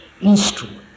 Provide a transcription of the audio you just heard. instrument